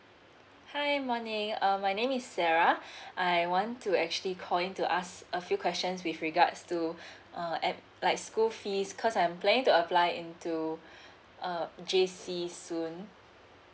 hi morning um my name is sarah I want to actually calling to ask a few questions with regards to uh um like school fees cause I'm plan to apply into uh J C soon